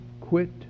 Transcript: quit